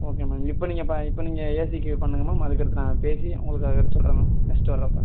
okay ma'am இப்போ நீங்கள் இப்போ நீங்கள் ஏசிக்கு பண்ணுங்கள் மேம் அதுக்கு அடுத்து நாங்கள் பேசி உங்களுக்கு அது எடுக்க சொல்கிறேன் மேம் நெக்ஸ்ட் வர்றப்போ